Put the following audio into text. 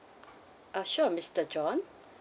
uh sure mister john